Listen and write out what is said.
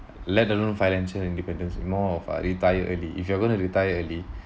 let us know financial independence more of uh retire early if you are going to retire early